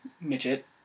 Midget